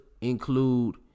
include